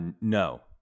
No